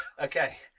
Okay